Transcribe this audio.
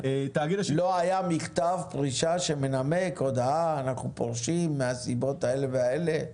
לא היה מכתב פרישה שמנמק או הודעה: אנחנו פורשים מהסיבות האלה והאלה?